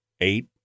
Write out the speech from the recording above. eight